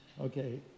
Okay